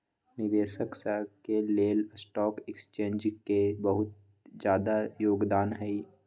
निवेशक स के लेल स्टॉक एक्सचेन्ज के बहुत जादा योगदान हई